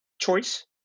choice